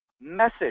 message